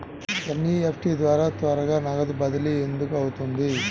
NEFT ద్వారా త్వరగా నగదు బదిలీ ఎందుకు అవుతుంది?